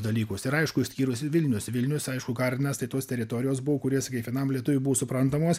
dalykus ir aišku išskyrus vilnius vilnius aišku gardinas tai tos teritorijos buvo kurias kiekvienam lietuviui buvo suprantamos